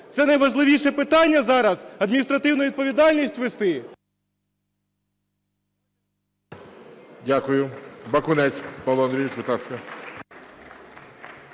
Це найважливіше питання зараз – адміністративну відповідальність ввести?